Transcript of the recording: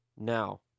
Now